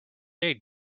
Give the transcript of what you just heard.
aid